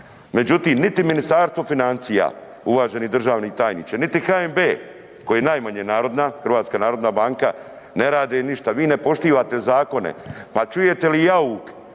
Međutim, niti Ministarstvo financija, niti HNB koji je najmanje narodna, Hrvatska narodna banka ne rade ništa. Vi ne poštivate zakone pa čujete li jauk